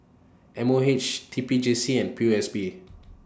M O H T P J C and P O S B